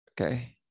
okay